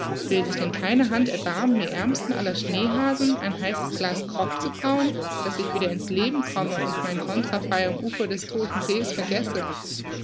will sich denn keine hand erbarmen mir ärmstem aller schneehasen ein heißes glas grog zu brauen daß ich wieder in's leben komme und mein contrafey am ufer des todten see's vergesse